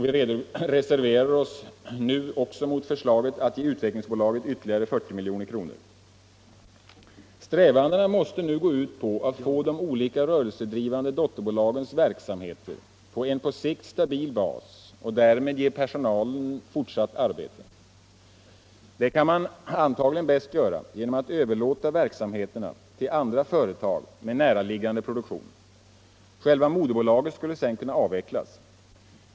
Vi reserverar oss nu också mot förslaget att ge Utvecklingsbolaget ytterligare 40 milj.kr. Strävandena måste nu gå ut på att få de olika rörelsedrivande dotterbolagens verksamheter på en på sikt stabil bas och därmed ge personalen fortsatt arbete. Detta kan man antagligen bäst göra genom att överlåta verksamheten till andra företag med näraliggande produktion. Själva moderbolaget skulle sedan kunna avvecklas.